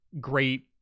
great